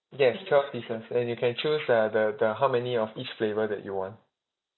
yes twelve pieces and you can choose uh the the how many of each flavour that you want